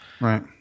Right